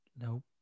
nope